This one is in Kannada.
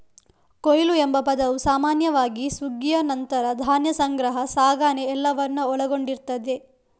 ಕೊಯ್ಲು ಎಂಬ ಪದವು ಸಾಮಾನ್ಯವಾಗಿ ಸುಗ್ಗಿಯ ನಂತರ ಧಾನ್ಯ ಸಂಗ್ರಹ, ಸಾಗಣೆ ಎಲ್ಲವನ್ನ ಒಳಗೊಂಡಿರ್ತದೆ